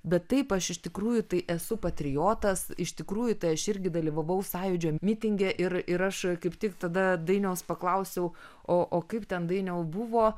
bet taip aš iš tikrųjų tai esu patriotas iš tikrųjų tai aš irgi dalyvavau sąjūdžio mitinge ir ir aš kaip tik tada dainiaus paklausiau o o kaip ten dainiau buvo